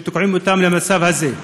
תוקעים אותם במצב הזה.